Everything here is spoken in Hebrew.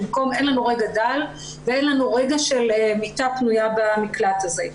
אין לנו רגע דל ואין לנו רגע של מיטה פנויה במקלט הזה.